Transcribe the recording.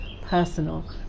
personal